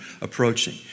approaching